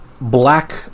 Black